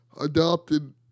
adopted